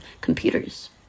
computers